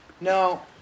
No